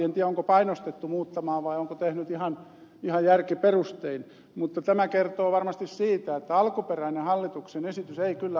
en tiedä onko painostettu muuttamaan vai onko tehty ihan järkiperustein mutta tämä kertoo varmasti siitä että alkuperäinen hallituksen esitys ei kyllä ollut hyvä